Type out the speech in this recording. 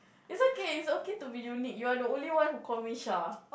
it's okay it's okay to be unique you're the only one who call me Sha